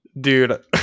Dude